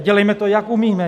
Dělejme to, jak umíme.